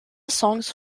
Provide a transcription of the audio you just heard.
songs